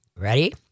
Ready